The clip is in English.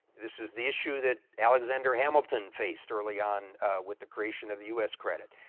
this is the issue that alexander hamilton faced early on with the creation of the us credit.